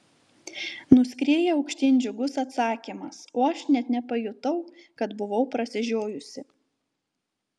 nuskrieja aukštyn džiugus atsakymas o aš net nepajutau kad buvau prasižiojusi